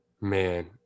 Man